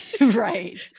Right